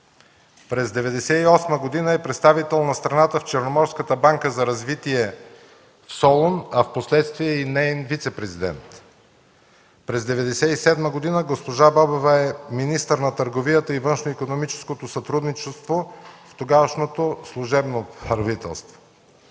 През 1998 г. е представител на страната в Черноморската банка за развитие в Солун, а впоследствие и неин вицепрезидент. През 1997 г. госпожа Бобева е министър на търговията и външноикономическото сътрудничество в тогавашното служебно правителство.